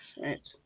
right